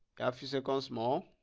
a few seconds more